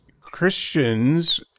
Christians